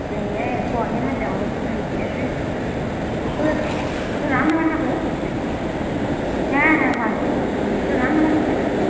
হ্যাঁ কদিন আর যাবো তোদের এতে তোদের খা তোর রান্নাবান্না হয়ে গেছে হ্যাঁ হ্যাঁ ভালো আছে সবাই তোর রান্নাবান্না হয়ে গেছে